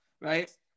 right